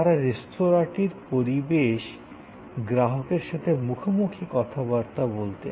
তারা রেস্তোঁরাটির পরিবেশে গ্রাহকের সাথে মুখোমুখি কথাবার্তা বলতেন